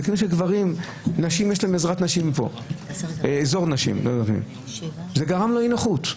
זה גרם לו לאי נוחות,